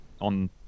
on